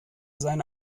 seine